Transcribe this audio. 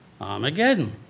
Armageddon